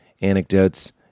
anecdotes